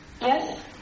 Yes